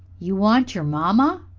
you want your mamma?